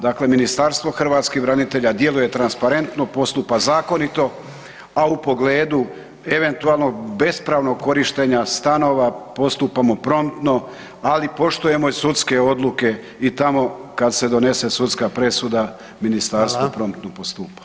Dakle Ministarstvo hrvatskih branitelja djeluje transparentno, postupa zakonito, a u pogledu eventualnog bespravnog korištenja stanova postupamo promptno, ali poštujemo i sudske odluke i tamo kad se donose sudska presuda, Ministarstvo promptno postupa.